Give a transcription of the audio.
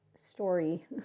story